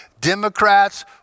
Democrats